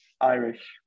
Irish